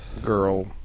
girl